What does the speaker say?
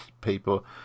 people